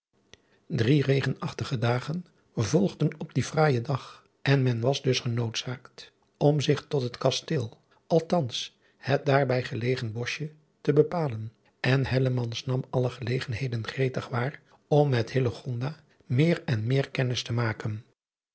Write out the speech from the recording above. drie regenachtige dagen volgden op dien fraaijen dag en men was dus genoodzaakt om zich tot het kasteel althans het daar bij gelegen boschje te bepalen en hellemans nam alle gelegenheden gretig waar om met hillegonda meer en meer kennis te maken